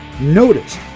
notice